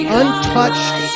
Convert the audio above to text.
untouched